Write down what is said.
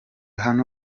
hano